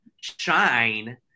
shine